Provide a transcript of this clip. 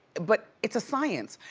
but it's a science,